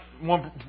one